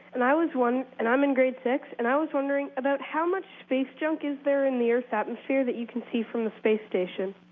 and i was and i'm in grade six. and i was wondering about how much space junk is there in the earth's atmosphere that you can see from the space station?